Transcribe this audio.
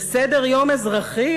וסדר-יום אזרחי,